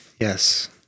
Yes